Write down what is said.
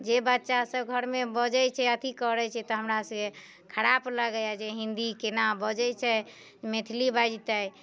जे बच्चा सभ घरमे बजैत छै अथी करैत छै तऽ हमरा सभकेँ खराप लगैया जे हिन्दी केना बजैत छै मैथिली बाजतै